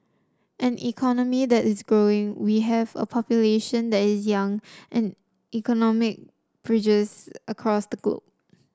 an economy that is growing we have a population that is young and economic bridges across the globe